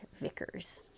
Vickers